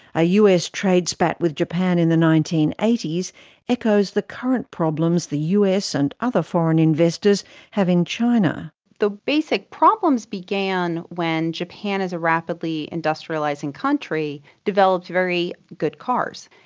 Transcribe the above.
a us trade spat with japan in the nineteen eighty s echoes the current problems the us and other foreign investors have in china. the basic problems began when japan as a rapidly industrialising country developed very good cars.